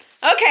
Okay